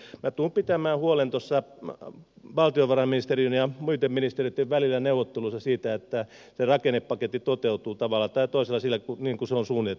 minä tulen pitämään huolen valtiovarainministeriön ja muitten ministeriöiden välillä neuvotteluissa siitä että se rakennepaketti toteutuu tavalla tai toisella niin kuin se on suunniteltu toteutettavaksi